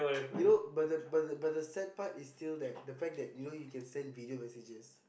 you know but the but the but the sad part is still that the fact that you can send video messages